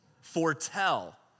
foretell